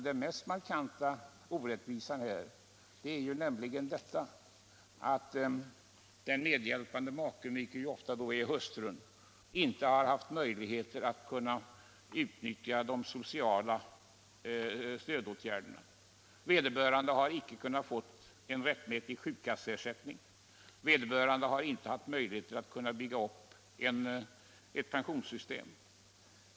Den mest markanta orättvisan i detta sammanhang är emellertid att den medhjälpande maken — vilken ofta är hustrun — inte har möjlighet att utnyttja de sociala stödåtgärderna. Vederbörande har inte kunnat få sin rättmätiga sjukkasseersättning, vederbörande har inte haft möjligheter att bygga upp ett pensionsskydd.